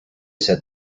said